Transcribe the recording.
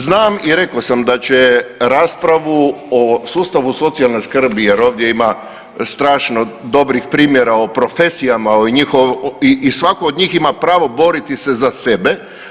Znam i rekao sam da će raspravu o sustavu socijalne skrbi, jer ovdje ima strašno dobrih primjera o profesijama i svatko od njih ima pravo boriti se za sebe.